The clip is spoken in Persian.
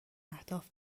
اهداف